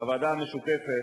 הוועדה המשותפת